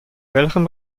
welchem